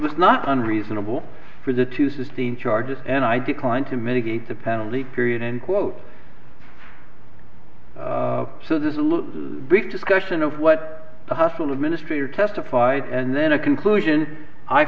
was not unreasonable for the to sustain charges and i declined to mitigate the panel e period end quote so this is big discussion of what the hospital administrator testified and then a conclusion i